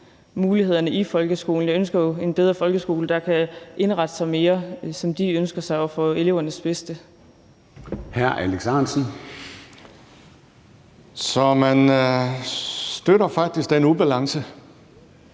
mulighederne i folkeskolen. Vi ønsker jo en bedre folkeskole, der kan indrette sig mere, som den ønsker, og til elevernes bedste. Kl. 14:18 Formanden (Søren